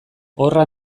horra